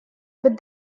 but